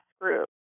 group